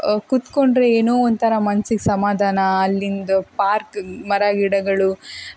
ಕುತ್ಕೊಂಡರೆ ಏನೋ ಒಂಥರ ಮನ್ಸಿಗೆ ಸಮಾಧಾನ ಅಲ್ಲಿದ್ ಪಾರ್ಕ್ ಮರ ಗಿಡಗಳು